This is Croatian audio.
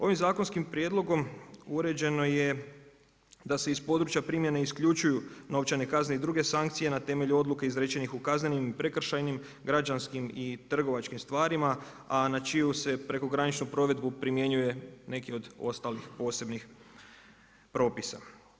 Ovim zakonskim prijedlogom uređeno je da se iz područja primjene isključuju novčane kazne i druge sankcije na temelju odluke izrečenih u kaznenim, prekršajnim, građanskim i trgovačkim stvarima, a na čiju se prekograničnu provedbu primjenjuje neki od ostalih posebnih propisa.